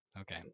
Okay